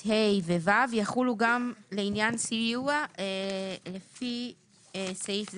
(ה) ו-(ו) יחולו גם לעניין סיוע לפי סעיף זה.